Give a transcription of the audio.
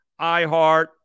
iHeart